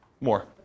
More